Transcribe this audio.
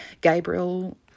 Gabriel